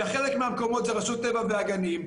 בחלק מהמקומות זה רשות הטבע והגנים,